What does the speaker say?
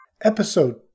episode